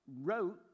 wrote